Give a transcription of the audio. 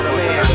man